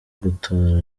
gutora